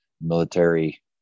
military